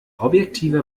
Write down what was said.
objektiver